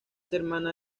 hermana